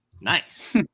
Nice